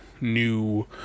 new